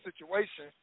situation